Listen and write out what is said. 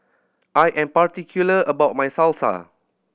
I am particular about my Salsa